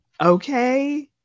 okay